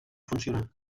funcionar